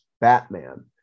Batman